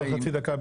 עוד חצי דקה,